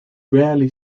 rarely